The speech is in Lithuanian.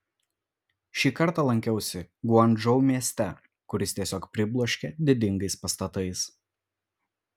šį kartą lankiausi guangdžou mieste kuris tiesiog pribloškė didingais pastatais